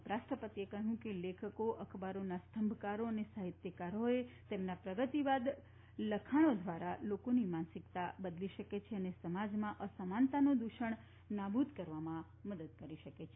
ઉપરાષ્ટ્રપતિએ કહ્યું હતું કે લેખકો અખબારોના સ્તંભકારો અને સાહિત્યકારો તેમના પ્રગતિવાદી લખણો દ્વારા લોકોની માનસીકતા બદલી શકે છે અને સમાજમાં અસમાનતાનું દુષણ નાબુદ કરવામાં મદદ કરી શકે છે